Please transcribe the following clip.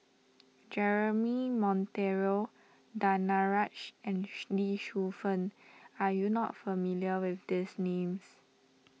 Jeremy Monteiro Danaraj and Lee Shu Fen are you not familiar with these names